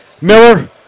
Miller